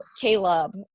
Caleb